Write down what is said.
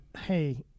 hey